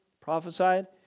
prophesied